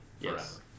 yes